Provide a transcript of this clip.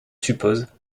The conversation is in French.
suppose